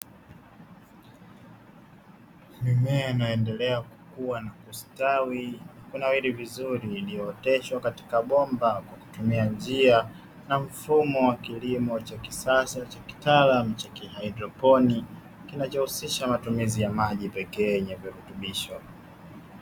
Mimea inayo endelea kukua na kustawi, kunawiri vizuri, iliyooteshwa katika bomba kwa kutumia njia na mfumo wa kilimo cha kisasa, kitaalamu cha kihaidroponi, kinachohusisha matumizi ya maji pekee yenye virutubisho.